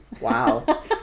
Wow